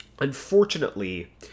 Unfortunately